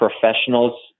professionals